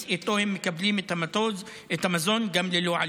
שאיתו הם מקבלים את המזון גם ללא עלות.